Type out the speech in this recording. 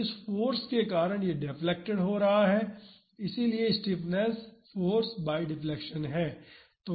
तो इस फाॅर्स के कारण यह डेफ्लेक्टेड हो रहा है इसलिए स्टिफनेस फाॅर्स बाई डिफ्लेक्शन है